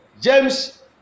James